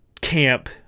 camp